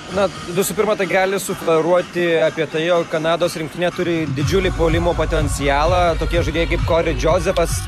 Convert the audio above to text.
na visų pirma tai gali sufleruoti apie tai jog kanados rinktinė turi didžiulį puolimo potencialą tokie žaidėjai kaip kori džozefas